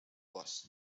was